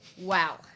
Wow